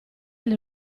alle